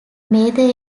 mather